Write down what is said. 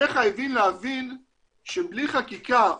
וחייבים להבין שבלי חקיקה,